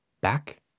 back